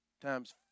times